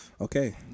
Okay